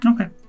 Okay